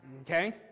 Okay